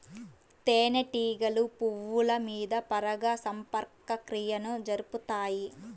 తేనెటీగలు పువ్వుల మీద పరాగ సంపర్క క్రియను జరుపుతాయి